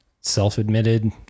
self-admitted